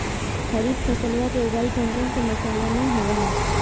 खरीफ फसलवा के उगाई कौन से मौसमा मे होवय है?